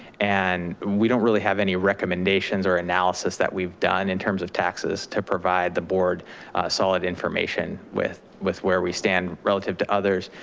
and we don't really have any recommendations or analysis that we've done in terms of taxes to provide the board solid information with, with where we stand relative to others.